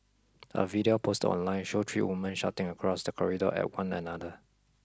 a video posted online showed three women shouting across the corridor at one another